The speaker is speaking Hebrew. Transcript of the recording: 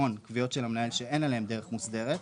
המון קביעות של המנהל שאין עליהן דרך מוסדרת.